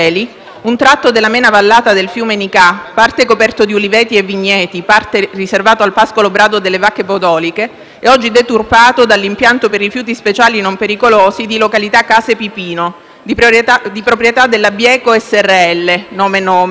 un tratto dell'amena vallata del fiume Nicà, parte coperto di uliveti e vigneti e parte riservato al pascolo brado delle vacche podoliche, è oggi deturpato dall'impianto per rifiuti speciali non pericolosi di località Case Pipino, di proprietà della Bieco SrL - *nomen omen*